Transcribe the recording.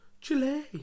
Chile